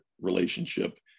relationship